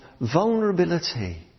vulnerability